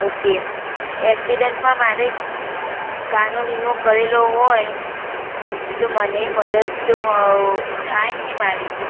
okay એક્સિડન્ટમાં મારે કારનો વીમો કરેલો હોય તો મને મદદ તો થાય ને મારી